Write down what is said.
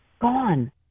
gone